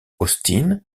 austin